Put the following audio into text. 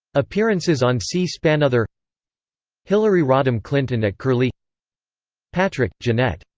appearances on c-spanother hillary rodham clinton at curlie patrick, jeanette.